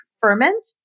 ferment